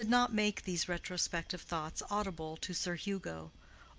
but he did not make these retrospective thoughts audible to sir hugo,